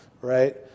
right